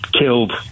killed